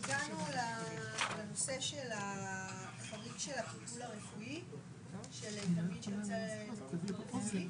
הגענו לנושא של החריג של הטיפול הרפואי של תלמיד שיוצא לטיפול רפואי.